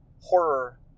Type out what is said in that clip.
horror